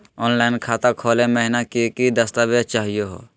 Online खाता खोलै महिना की की दस्तावेज चाहीयो हो?